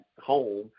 home